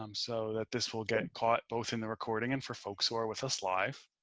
um so that this will get caught both in the recording and for folks who are with us live.